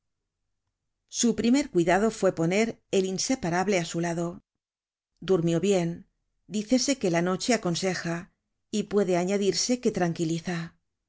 su primer cuidado fue poner el inseparable á su lado durmió bien dícese que la noche aconseja y puede añadirse que tranquiliza